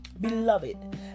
Beloved